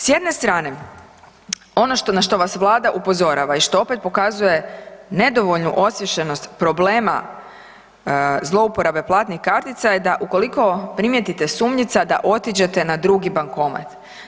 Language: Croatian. S jedne strane ono na što na vas Vlada upozorava i što opet pokazuje nedovoljnu osviještenost problema zlouporabe platnih kartica da ukoliko primijetite sumljivca da otiđete na drugi bankomat.